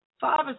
five